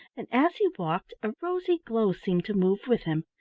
and as he walked a rosy glow seemed to move with him.